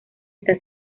está